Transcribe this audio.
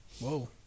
whoa